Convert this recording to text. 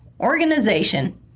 organization